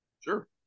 Sure